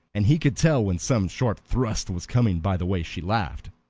and he could tell when some sharp thrust was coming by the way she laughed.